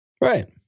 Right